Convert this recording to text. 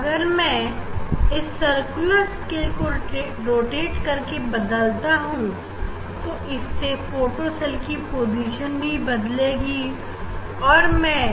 अगर मैं इस सर्कुलर स्केल को रोटेट करके बदलता हूं तो इससे फोटो सेल की पोजीशन भी बदलेगी और मैं